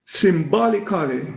symbolically